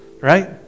right